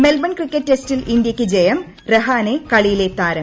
Melbourne cricket ടെസ്റ്റിൽ ഇന്ത്യക്ക് ജയം രഹാനെ കളിയിലെ താരം